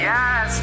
Yes